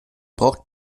braucht